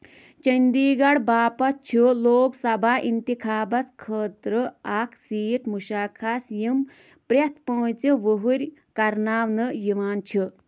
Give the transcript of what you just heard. چندی گڈھ باپتھ چھِ لوگ سبھا اِنتخابس خٲطرٕ اَكھ سیٖٹ مُشاخص یِم پرٛٮ۪تھ پانٛژھِ وُہٕرۍ كرناونہٕ یِوان چھِ